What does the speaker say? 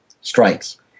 strikes